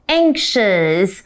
anxious